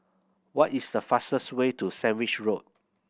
what is the fastest way to Sandwich Road